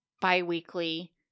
bi-weekly